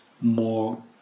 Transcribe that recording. more